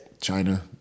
China